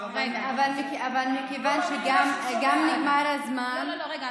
אבל מכיוון שגם נגמר הזמן, לא, לא, רגע.